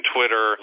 Twitter